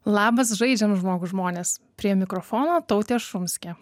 labas žaidžiam žmogų žmonės prie mikrofono tautė šumskė